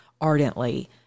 ardently